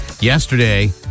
yesterday